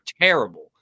terrible